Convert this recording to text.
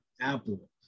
Apple